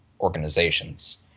organizations